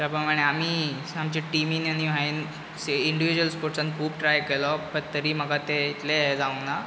त्या प्रमाणें आमी आमचे टिमीन आनी हांयेन से इंडिवीजल स्पाॅर्टानी खूब ट्राय केला बट तरी म्हाका तें इतलेंय हें जावना